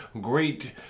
great